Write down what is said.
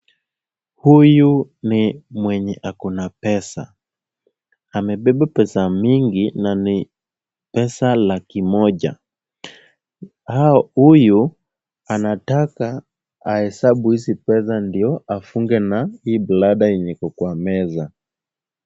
Huyu ni mwenye ako na pesa. Amebeba pesa mingi na ni pesa laki moja. Huyu anataka ahesabu hizi pesa ndio afunge na hii bladder yenye iko kwa meza.